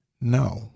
No